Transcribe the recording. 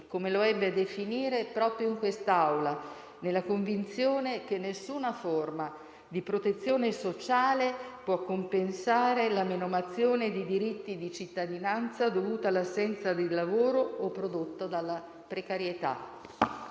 come lo ebbe a definire proprio in quest'Aula, nella convinzione che nessuna forma di protezione sociale può compensare la menomazione di diritti di cittadinanza dovuta all'assenza di lavoro o prodotta dalla precarietà.